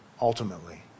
Ultimately